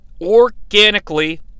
organically